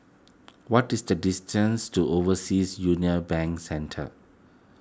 what is the distance to Overseas Union Bank Centre